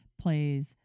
plays